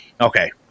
okay